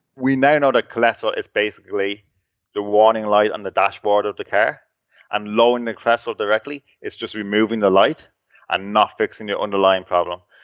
we now know that cholesterol is basically the warning light on the dashboard of the car and lowering cholesterol directly is just removing the light and not fixing the underlying problem.